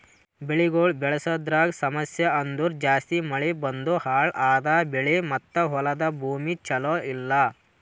ಬೆಳಿಗೊಳ್ ಬೆಳಸದ್ರಾಗ್ ಸಮಸ್ಯ ಅಂದುರ್ ಜಾಸ್ತಿ ಮಳಿ ಬಂದು ಹಾಳ್ ಆದ ಬೆಳಿ ಮತ್ತ ಹೊಲದ ಭೂಮಿ ಚಲೋ ಇಲ್ಲಾ